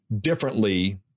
differently